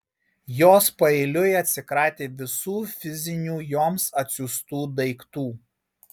jos paeiliui atsikratė visų fizinių joms atsiųstų daiktų